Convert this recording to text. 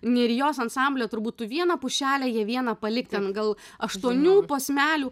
nerijos ansamblio turbūt tu vieną pušelę ją vieną palik ten gal aštuonių posmelių